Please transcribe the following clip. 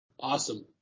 Awesome